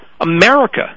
America